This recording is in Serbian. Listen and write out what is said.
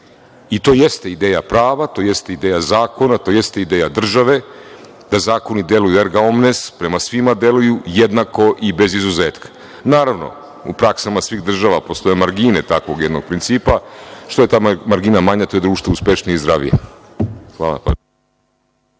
jeste ideja prava, to jeste ideja zakona, to jeste ideja države, da zakoni deluju „ergaomnes“ prema svima deluju jednako i bez izuzetka. Naravno, u praksama svih država postoje margine takvog jednog principa. Što je margina manja, to je društvo uspešnije i zdravije.